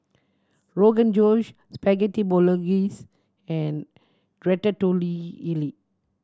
Rogan Josh Spaghetti Bolognese and Ratatouille